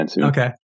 Okay